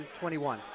21